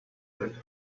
leave